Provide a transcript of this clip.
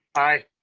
aye.